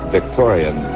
Victorian